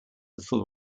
little